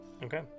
Okay